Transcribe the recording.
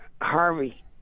Harvey